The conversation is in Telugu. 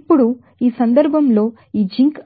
ఇప్పుడు ఈ సందర్భంలో ఈ జింక్